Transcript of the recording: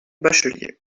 bachelier